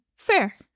fair